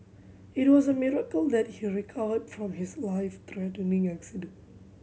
it was a miracle that he recovered from his life threatening accident